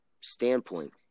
standpoint